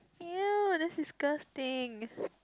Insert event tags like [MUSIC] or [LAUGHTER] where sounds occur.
!eww! that's disgusting [BREATH]